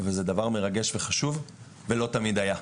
וזה דבר מרגש וחשוב שלא תמיד היה.